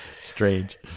strange